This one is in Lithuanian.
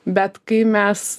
bet kai mes